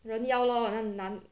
人妖 lor 好像难